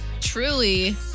truly